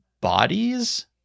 bodies